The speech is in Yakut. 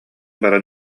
баран